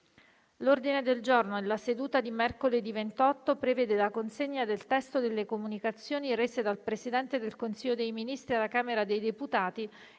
L'ordine del giorno della seduta di mercoledì 28 prevede la consegna del testo delle comunicazioni rese dal Presidente del Consiglio dei ministri alla Camera dei deputati